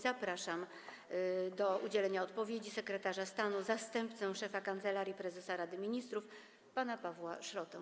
Zapraszam do udzielenia odpowiedzi sekretarza stanu, zastępcę szefa Kancelarii Prezesa Rady Ministrów pana Pawła Szrota.